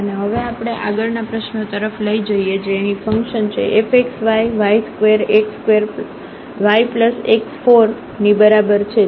અને હવે આપણે આગળની પ્રશ્નો તરફ લઈ જઈએ જે અહીં ફંક્શન છે fxy y ² x ² y x 4 ની બરાબર છે